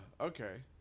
okay